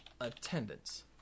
attendance